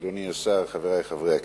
אדוני השר, חברי חברי הכנסת,